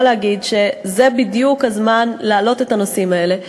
להגיד שזה בדיוק הזמן להעלות את הנושאים האלה.